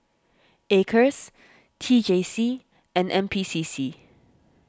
Acres T J C and N P C C